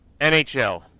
NHL